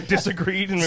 Disagreed